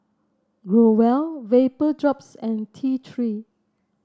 Growell Vapodrops and T Three